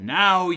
now